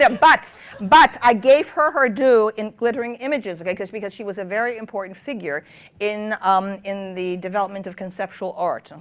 yeah but but i gave her her due in glittering images, like because because she was a very important figure in um in the development of conceptual art.